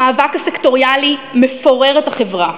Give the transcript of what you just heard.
המאבק הסקטוריאלי מפורר את החברה.